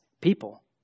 people